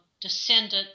descendant